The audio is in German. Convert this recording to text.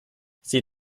sie